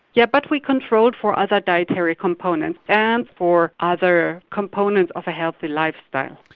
yeah but we controlled for other dietary components and for other components of a healthy lifestyle.